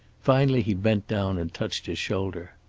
finally he bent down and touched his shoulder.